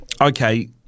okay